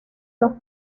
los